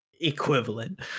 equivalent